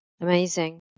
Amazing